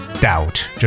doubt